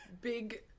big